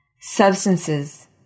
substances